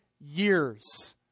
years